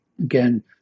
again